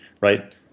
Right